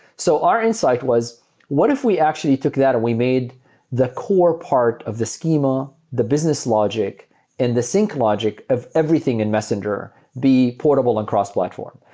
so our insight was what if we actually took that and we made the core part of the schema, the business logic and the sink logic of everything in messenger be portable and cross-platform?